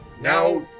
now